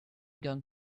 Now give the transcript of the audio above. going